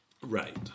Right